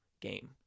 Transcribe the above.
game